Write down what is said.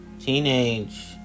teenage